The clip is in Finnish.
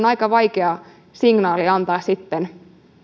aika vaikeaa antaa